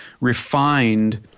refined